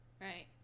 Right